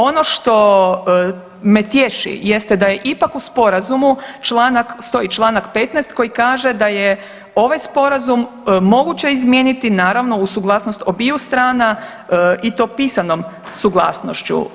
Ono što me tješi jeste da je ipak u sporazumu stoji članak 15. koji kaže da je ovaj Sporazum moguće izmijeniti naravno uz suglasnost obiju strana i to pisanom suglasnošću.